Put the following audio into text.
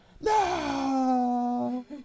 no